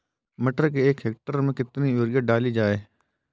मटर के एक हेक्टेयर में कितनी यूरिया डाली जाए?